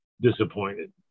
disappointed